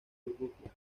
urrutia